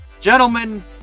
gentlemen